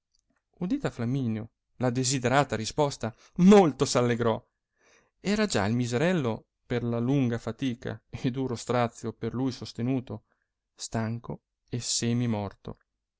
udita flamminio la desiderata risposta molto s allegrò era già il miserello per la lunga fatica e duro strazio per lui sostenuto stanco e semi